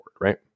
right